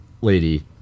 lady